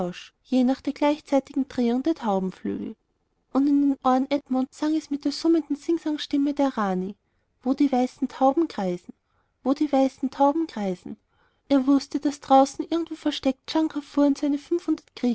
je nach der gleichzeitigen drehung aller taubenflügel und in den ohren edmunds sang es mit der summenden singsangstimme der rani wo die weißen tauben kreisen wo die weißen tauben kreisen er wußte daß draußen irgendwo versteckt jang kafur und seine